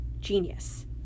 Genius